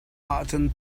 ahcun